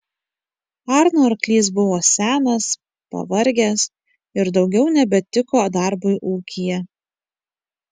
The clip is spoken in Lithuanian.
arno arklys buvo senas pavargęs ir daugiau nebetiko darbui ūkyje